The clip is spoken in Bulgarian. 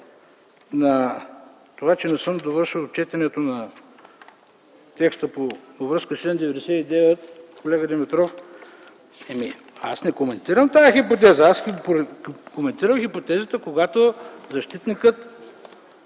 на това, че не съм довършил четенето на текста във връзка с чл. 99, колега Димитров, не коментирам тази хипотеза, а хипотезата, когато защитникът